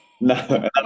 no